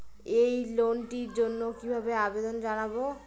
এই লোনটির জন্য কিভাবে আবেদন জানাবো?